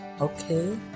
okay